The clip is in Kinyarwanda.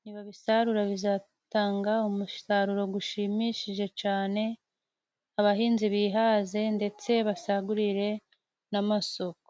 nibabisarura bizatanga umusaruro gushimishije cane, abahinzi bihaze ndetse basagurire n'amasoko.